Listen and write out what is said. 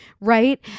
right